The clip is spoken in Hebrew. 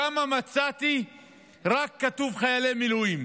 שם רק מצאתי שכתוב "חיילי מילואים",